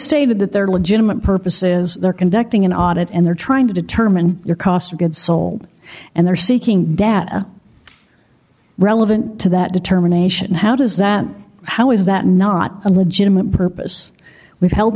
stated that they're legitimate purposes they're conducting an audit and they're trying to determine your cost a good soul and they're seeking data relevant to that determination how does that how is that not a legitimate purpose we've held